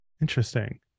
Interesting